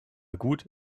gut